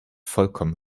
vollkommen